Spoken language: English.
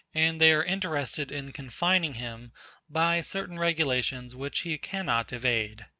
and they are interested in confining him by certain regulations which he cannot evade.